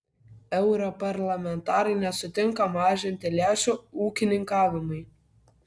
europarlamentarai nesutinka mažinti lėšų ūkininkavimui